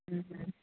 മ് മ്